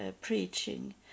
preaching